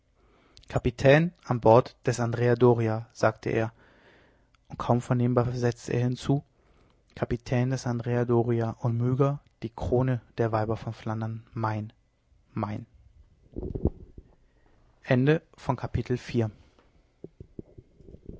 kapitän an bord des andrea doria sagte er und kaum vernehmbar setzte er hinzu kapitän des andrea doria und myga die krone der weiber von flandern mein mein